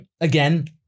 again